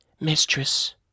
Mistress